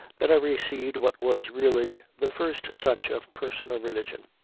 that i received what was really the first touch of personal religion.